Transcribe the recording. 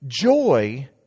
Joy